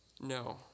No